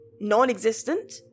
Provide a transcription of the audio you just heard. non-existent